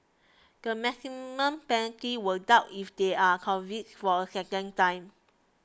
the maximum penalty will double if they are convicted for a second time